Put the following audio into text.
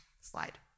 slide